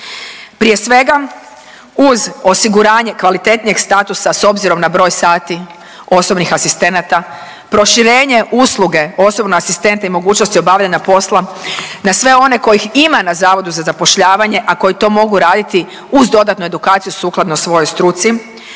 Prije svega uz osiguranje kvalitetnijeg statusa s obzirom na broj sati osobnih asistenata, proširenje usluge osobnog asistenta i mogućnosti obavljanja posla na sve one kojih ima na Zavodu za zapošljavanje, a koji to mogu raditi uz dodatnu edukaciju sukladno svojoj struci.